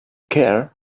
care